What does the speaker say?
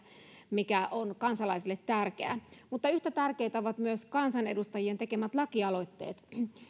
mikä on kansalaisille tärkeää mutta yhtä tärkeitä ovat kansanedustajien tekemät lakialoitteet